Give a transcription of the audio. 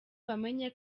bamenye